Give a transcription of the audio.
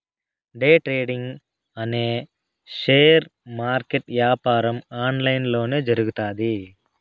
day trading అనే share market యాపారం online లొనే జరుగుతాది